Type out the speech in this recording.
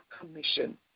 Commission